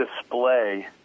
display